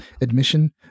admission